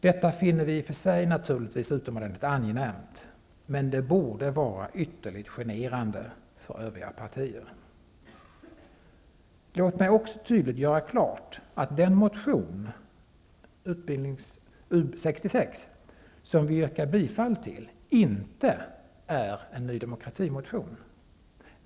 Detta finner vi i och för sig naturligtvis utomordentligt angenämt -- men det borde vara ytterligt generande för övriga partier. Låt mig också tydligt göra klart att den motion, Ub66, som vi yrkar bifall till inte är en Ny demokrati-motion.